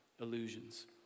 illusions